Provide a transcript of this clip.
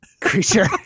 creature